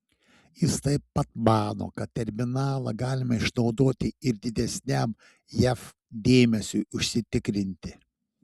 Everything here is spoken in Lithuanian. jis taip pat mano kad terminalą galima išnaudoti ir didesniam jav dėmesiui užsitikrinti